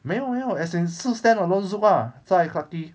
没有没有 as in 是 stand alone zouk ah 在 clarke quay